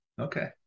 okay